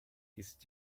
ist